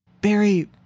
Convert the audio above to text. Barry